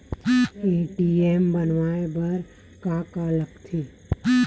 ATM बनवाय बर का का लगथे?